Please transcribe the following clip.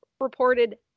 reported